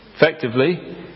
effectively